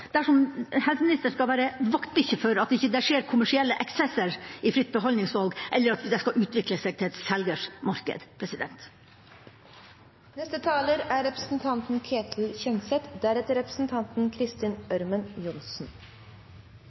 dersom helseministeren skal være vaktbikkje for at det ikke skjer kommersielle eksesser i fritt behandlingsvalg, eller at det skal utvikle seg til et selgers marked. Representanten Lundteigen tok opp temaet ledelse, og jeg er